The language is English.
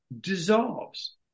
dissolves